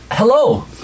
Hello